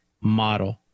model